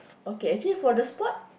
okay actually for the sport